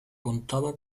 contaba